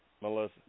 Melissa